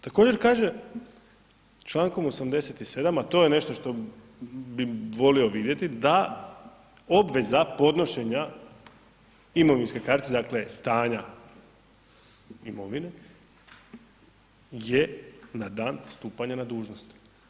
Također kaže člankom 87., a to je nešto što bi volio vidjeti, da obveza podnošenja imovinske kartice dakle stanja imovine je na dan stupanja na dužnost.